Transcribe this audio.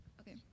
Okay